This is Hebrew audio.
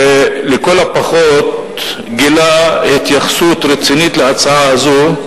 שלכל הפחות הראה התייחסות רצינית להצעה הזאת,